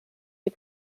die